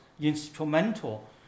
instrumental